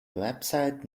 website